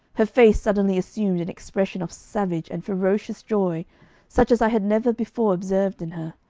her face suddenly assumed an expression of savage and ferocious joy such as i had never before observed in her.